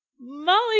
Molly